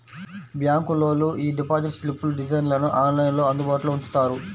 బ్యాంకులోళ్ళు యీ డిపాజిట్ స్లిప్పుల డిజైన్లను ఆన్లైన్లో అందుబాటులో ఉంచుతారు